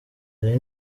hari